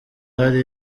hari